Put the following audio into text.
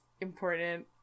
important